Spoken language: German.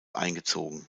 eingezogen